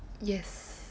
yes